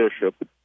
Bishop